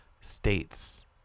states